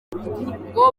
ngo